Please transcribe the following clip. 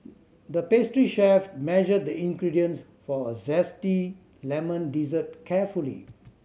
the pastry chef measured the ingredients for a zesty lemon dessert carefully